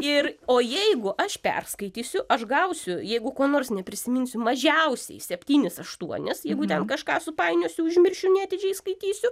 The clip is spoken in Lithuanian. ir o jeigu aš perskaitysiu aš gausiu jeigu ko nors neprisiminsiu mažiausiai septynis aštuonis jeigu ten kažką supainiosiu užmiršiu neatidžiai skaitysiu